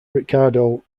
ricardo